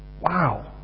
Wow